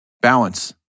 balance